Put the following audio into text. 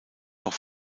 auch